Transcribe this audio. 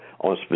On